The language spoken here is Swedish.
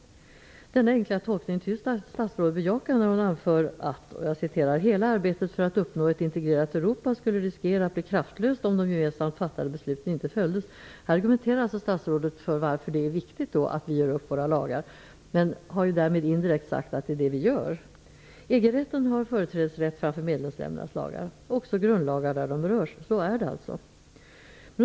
Denna enkla tolkning tycks statsrådet bejaka då hon anför: ''Hela arbetet för att uppnå ett integrerat Europa --- skulle riskera att bli kraftlöst om de gemensamt fattade besluten inte följdes.'' Här talar statsrådet om varför det är viktigt att vi ger upp våra lagar och har därmed indirekt sagt att det är just det vi gör. EG-rätten har företrädesrätt framför medlemsländeras lagar, också grundlagar där de berörs. Så är det alltså!